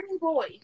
boy